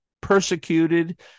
persecuted